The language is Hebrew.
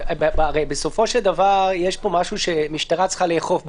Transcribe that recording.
הרי בסופו של דבר יש פה משהו שמשטרה צריכה לאכוף,